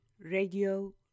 Radio